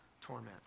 torment